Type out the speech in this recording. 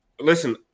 listen